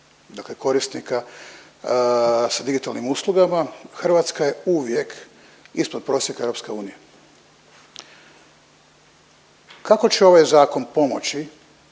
dakle korisnika sa digitalnim uslugama. Hrvatska je uvijek ispod prosjeka EU. Kako će ovaj zakon pomoći